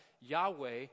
Yahweh